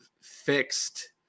fixed